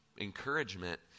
encouragement